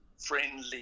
friendly